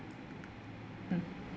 mm